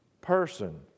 person